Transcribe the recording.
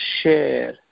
share